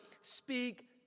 speak